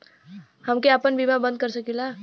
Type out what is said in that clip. हमके आपन बीमा बन्द कर सकीला?